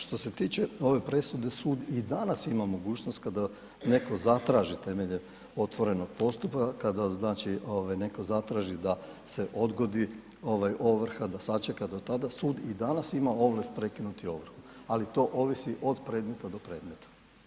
Što se tiče ove presude sud i danas ima mogućnost kada netko zatraži temeljem otvorenog postupka, kada znači netko ovaj zatraži da se odgodi ovaj ovrha, da sačeka da tada, sud i danas ima ovlast prekinuti ovrhu, ali to ovisi od predmeta do predmeta.